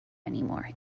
anymore